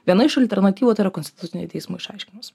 viena iš alternatyvų tarp konstitucinio teismo išaiškinus